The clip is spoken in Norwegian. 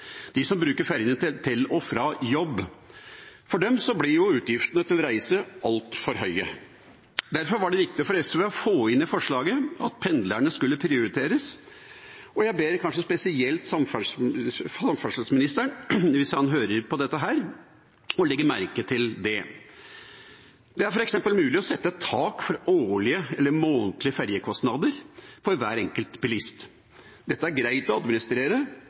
de som bruker ferjene til og fra jobb. For dem blir utgiftene til reise altfor høye. Derfor var det viktig for SV å få inn i forslaget at pendlerne skulle prioriteres, og jeg ber kanskje spesielt samferdselsministeren, hvis han hører på dette, legge merke til det. Det er f.eks. mulig å sette et tak for årlige eller månedlige ferjekostnader for hver enkelt bilist. Dette er greit å administrere,